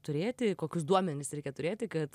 turėti kokius duomenis reikia turėti kad